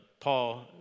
Paul